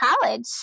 college